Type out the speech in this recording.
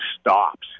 stops